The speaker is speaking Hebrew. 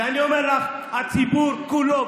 ואני אומר לך: הציבור כולו,